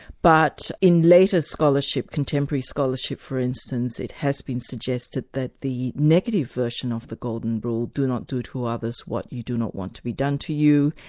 but in later scholarship, contemporary scholarship for instance, it has been suggested that the negative version of the golden rule, do not do to others what you do not want to be done to you,